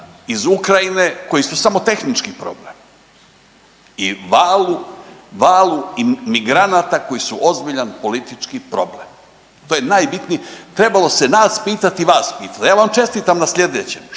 iz Ukrajine koji su samo tehnički problem i valu migranata koji su ozbiljan politički problem. To je je najbitnije. Trebalo se nas pitati, vas pitati. Ja vam čestitam na sljedećem što